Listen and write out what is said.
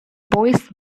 bois